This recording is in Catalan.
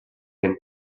ben